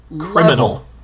criminal